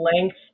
length